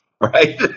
right